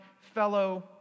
fellow